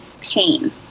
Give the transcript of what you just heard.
pain